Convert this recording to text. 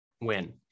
Win